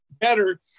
Better